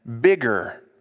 bigger